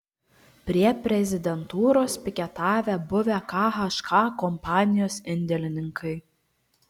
prie prezidentūros piketavę buvę khk kompanijos indėlininkai